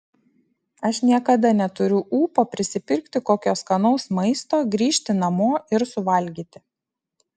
aš niekada neturiu ūpo prisipirkti kokio skanaus maisto grįžti namo ir suvalgyti